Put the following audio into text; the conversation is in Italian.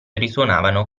risuonavano